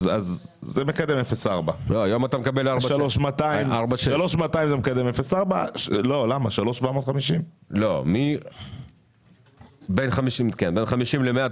זה מקדם 0.4. בין 50 ל-100,